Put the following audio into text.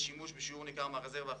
שימוש בשיעור ניכר מהרזרבה הפיסקלית.